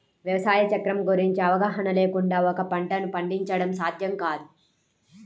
వ్యవసాయ చక్రం గురించిన అవగాహన లేకుండా ఒక పంటను పండించడం సాధ్యం కాదు